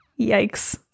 Yikes